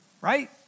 right